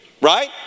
right